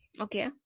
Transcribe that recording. okay